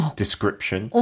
description